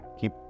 keep